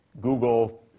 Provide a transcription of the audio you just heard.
Google